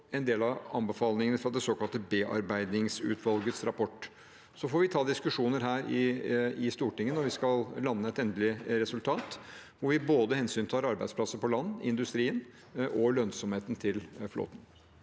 en del av anbefalingene fra det såkalte bearbeidingsutvalgets rapport. Så får vi ta diskusjoner her i Stortinget når vi skal lande et endelig resultat, hvor vi hensyntar både arbeidsplasser på land, industrien og lønnsomheten til flåten.